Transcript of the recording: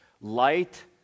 Light